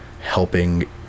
helping